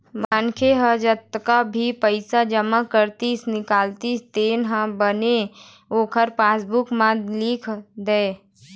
मनखे ह जतका भी पइसा जमा करतिस, निकालतिस तेन ह बने ओखर पासबूक म लिख दय